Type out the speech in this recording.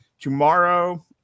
Tomorrow